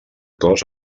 cos